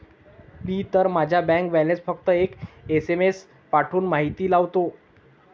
मी तर माझा bank balance फक्त एक एस.एम.एस पाठवून माहिती लावतो